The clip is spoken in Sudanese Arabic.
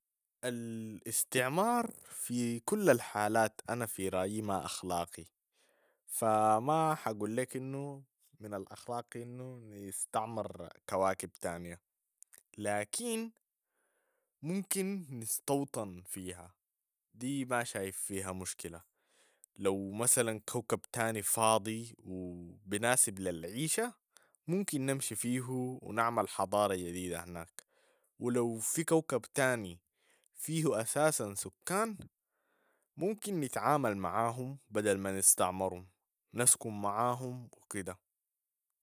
الاستعمار في كل الحالات أنا في رأيي ما أخلاقي، فما حقول ليك إنو من الأخلاق إنو نستعمر كواكب تانية، لكن ممكن نستوطن فيها دي ما شايف فيها مشكلة. لو مثلا كوكب تاني فاضي و بناسب للعيشة ممكن نمشي فيو ونعمل حضارة جديدة هناك و لو في كوكب تاني فيو أساسا سكان ممكن نتعامل معاهم بدل ما نستعمرهم نسكن معاهم وكده.